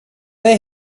they